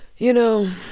you know,